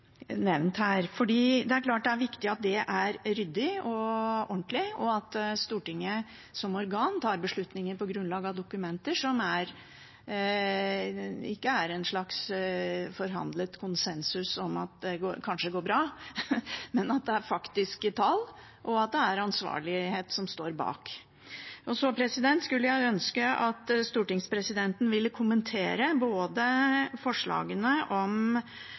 nevnt her. Det er klart at det er viktig at den er ryddig og ordentlig, og at Stortinget som organ tar beslutninger på grunnlag av dokumenter som ikke er en slags forhandlet konsensus om at det kanskje går bra, men at det er faktiske tall, og at det er ansvarlighet som står bak. Jeg skulle ønske at stortingspresidenten ville kommentere forslagene om